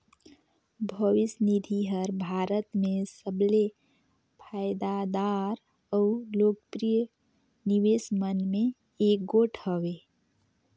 भविस निधि हर भारत में सबले फयदादार अउ लोकप्रिय निवेस मन में एगोट हवें